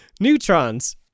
Neutrons